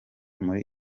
muri